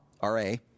R-A